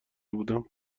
بودم